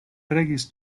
regis